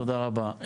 תודה רבה.